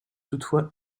toutefois